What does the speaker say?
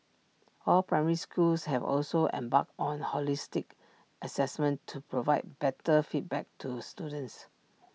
all primary schools have also embarked on holistic Assessment to provide better feedback to students